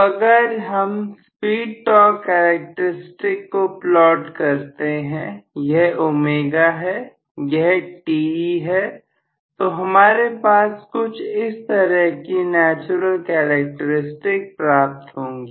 तो अगर हम स्पीड टॉर्क करैक्टरस्टिक को प्लॉट करते हैं यह ω है यह Te है तो हमारे पास कुछ इस तरह की नेचुरल कैरेक्टरिस्टिक प्राप्त होगी